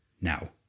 now